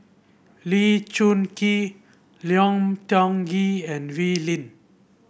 Lee Choon Kee Lim Tiong Ghee and Wee Lin